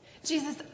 Jesus